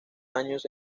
años